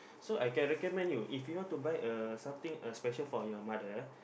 so I can recommend you if you want to buy a something a special for your mother